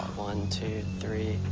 one, two, three,